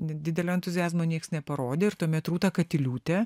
didelio entuziazmo nieks neparodė ir tuomet rūta katiliūtė